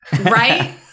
Right